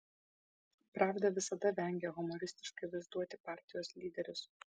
pravda visada vengė humoristiškai vaizduoti partijos lyderius